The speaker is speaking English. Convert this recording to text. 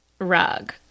rug